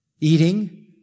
eating